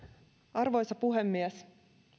arvoisa puhemies